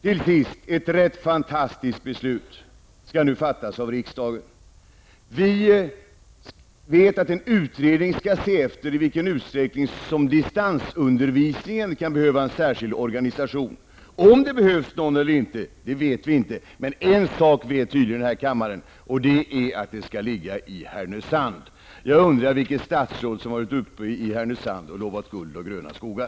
Till sist: Ett rätt fantastiskt beslut skall nu fattas av riksdagen. Vi vet att en utredning skall se efter i vilken utsträckning som distansundervisningen kan behöva en särskild organisation. Vi vet inte om det behövs en särskild organisation eller inte, men en sak vet vi och det är att denna utbildning skall förläggas till Härnösand. Jag undrar vilket statsråd som har varit uppe i Härnösand och lovat guld och gröna skogar.